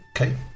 Okay